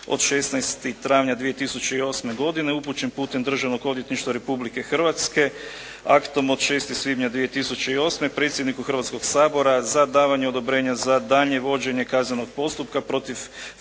od 16. travnja 2008. godine upućen putem Državnog odvjetništva Republike Hrvatske aktom od 6. svibnja 2008. predsjedniku Hrvatskoga sabora za davanje odobrenja za daljnje vođenje kaznenog postupka protiv